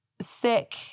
Sick